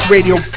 Radio